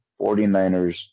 49ers